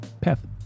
path